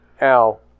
Al